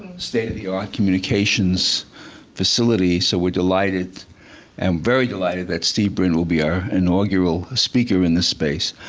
state of the art communications facility. so, we're delighted and very delighted that steve brint will be our inaugural speaker in this space.